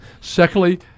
Secondly